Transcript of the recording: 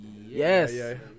Yes